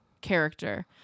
character